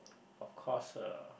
of course uh